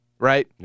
Right